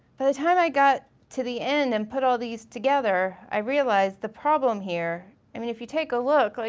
by the time i got to the end and put all these together, i realized the problem here, and i mean if you take a look, like